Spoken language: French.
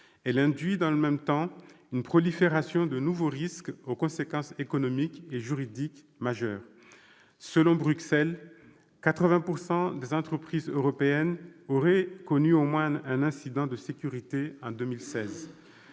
elle induit dans le même temps une prolifération de nouveaux risques aux conséquences économiques et juridiques majeures. Selon Bruxelles, 80 % des entreprises européennes auraient connu au moins un incident de sécurité en 2016.